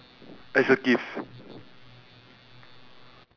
no it's not shit I the shit computer is with is the damn old one